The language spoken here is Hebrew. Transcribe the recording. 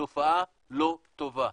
זו תופעה לא טובה.